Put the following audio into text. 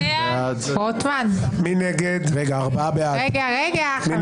מי נגד?